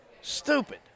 Stupid